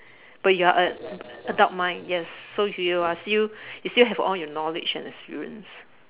but you are a adult mind yes so if you are you you still have all your knowledge and experience